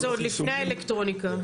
זה עוד לפני האלקטרוניקה,